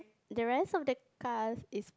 the rest of the cars is